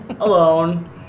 alone